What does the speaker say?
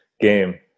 game